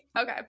Okay